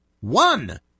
one